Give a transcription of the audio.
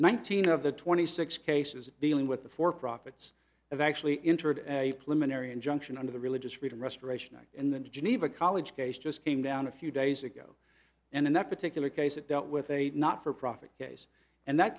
nineteen of the twenty six cases dealing with the for profits have actually entered a plume an area injunction under the religious freedom restoration act in the geneva college case just came down a few days ago and in that particular case it dealt with a not for profit case and that